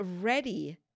ready